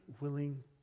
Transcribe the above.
willing